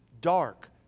Dark